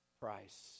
price